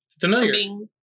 Familiar